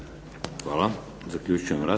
Hvala. Zaključujem